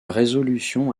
résolution